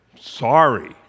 sorry